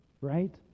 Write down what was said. right